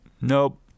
nope